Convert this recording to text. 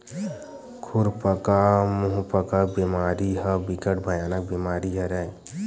खुरपका मुंहपका बेमारी ह बिकट भयानक बेमारी हरय